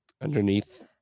underneath